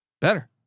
Better